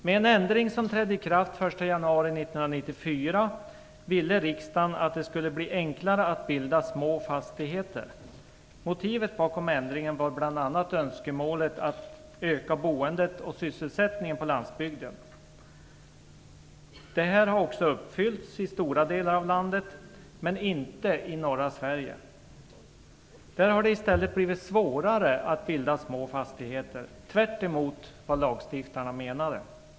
Med den ändring som trädde i kraft den 1 januari 1994 ville riksdagen att det skulle bli enklare att bilda små fastigheter. Motivet bakom ändringen var bl.a. önskemålet att öka sysselsättningen och att få fler att bo på landsbygden. Det har också uppnåtts i stora delar av landet, men inte i norra Sverige. Där har det i stället blivit svårare att bilda små fastigheter - tvärt emot vad lagstiftarna menade.